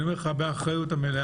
אני אומר לך באחרית מלאה,